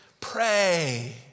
Pray